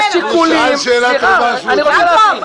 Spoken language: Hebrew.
הוא שאל שאלה טובה, סמוטריץ.